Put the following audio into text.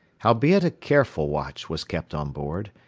howbeit a careful watch was kept on board,